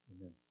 Amen